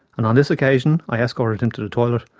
and on this occasion, i escorted him to the toilet.